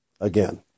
again